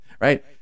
right